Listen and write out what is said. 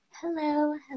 Hello